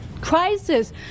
crisis